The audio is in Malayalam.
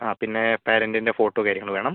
അതെ പിന്നെ പേരൻറ്റിൻ്റെ ഫോട്ടോ കാര്യങ്ങള് വേണം